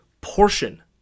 portion